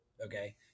Okay